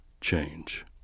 change